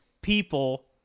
people